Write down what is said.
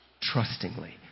trustingly